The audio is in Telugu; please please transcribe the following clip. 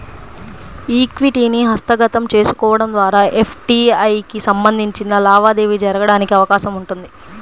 ఈక్విటీని హస్తగతం చేసుకోవడం ద్వారా ఎఫ్డీఐకి సంబంధించిన లావాదేవీ జరగడానికి అవకాశం ఉంటుంది